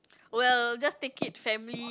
well just take it family